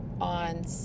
on